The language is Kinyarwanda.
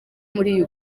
muri